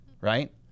right